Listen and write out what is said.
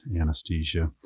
anesthesia